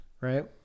Right